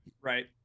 Right